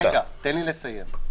רגע, תן לי לסיים.